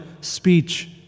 speech